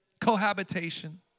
cohabitation